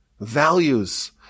values